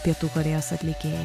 pietų korėjos atlikėją